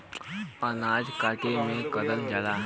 अनाज काटे में करल जाला